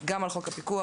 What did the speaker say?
גם על חוק הפיקוח,